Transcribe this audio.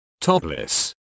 topless